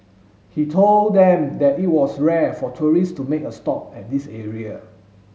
he told them that it was rare for tourist to make a stop at this area